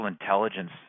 intelligence